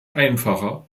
einfacher